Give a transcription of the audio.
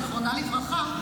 זיכרונה לברכה,